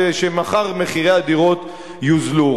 ושמחר הדירות יוזלו.